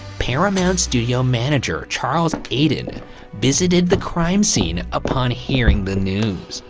paramount's studio manager charles eyton and visited the crime scene upon hearing the news.